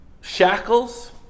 shackles